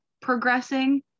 progressing